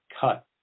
cut